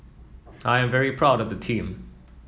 I'm very proud of the team